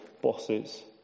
bosses